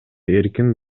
эркин